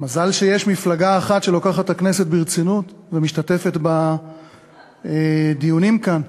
מזל שיש מפלגה אחת שלוקחת את הכנסת ברצינות ומשתתפת בדיונים כאן.